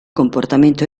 comportamento